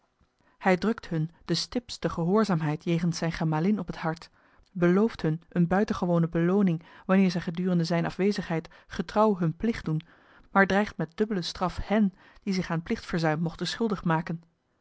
hij drukt hun de stipste gehoorzaamheid jegens zijne gemalin op het hart belooft hun eene buitengewone belooning wanneer zij gedurende zijne afwezigheid getrouw hun plicht doen maar dreigt met dubbele straf hen die zich aan plichtsverzuim mochten schuldig maken